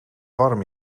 warm